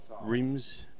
rims